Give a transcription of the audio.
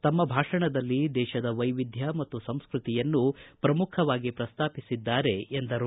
ತಮ್ಮ ಭಾಷಣದಲ್ಲಿ ದೇಶದ ವೈವಿಧ್ಯ ಮತ್ತು ಸಂಸ್ಟತಿಯನ್ನು ಪ್ರಮುಖವಾಗಿ ಪ್ರಸ್ತಾಪಿಸಿದ್ದಾರೆ ಎಂದರು